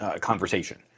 conversation